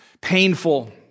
painful